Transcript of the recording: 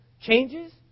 changes